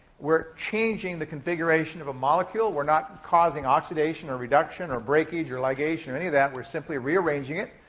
we're changing the configuration of molecule. we're not causing oxidation or reduction or breakage or ligation or any of that. we're simply rearranging it.